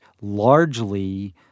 largely